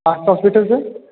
आस्था hospital से